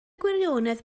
gwirionedd